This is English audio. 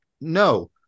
No